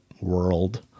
world